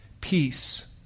peace